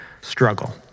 struggle